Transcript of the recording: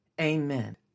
Amen